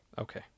Okay